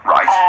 Right